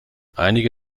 einige